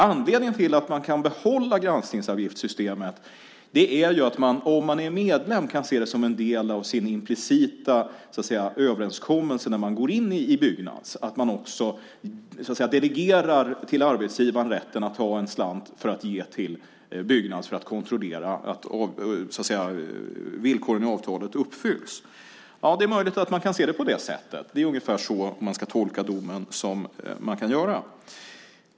Anledningen till att Byggnads kan behålla granskningsavgiftssystemet är ju att man, om man är medlem, kan se det som en del av den implicita överenskommelsen när man går in i Byggnads, det vill säga att man också så att säga delegerar till arbetsgivaren rätten att ta en slant och ge till Byggnads för att kontrollera att villkoren i avtalet uppfylls. Ja, det är möjligt att man kan se det på det sättet. Det är ungefär så man kan tolka domen.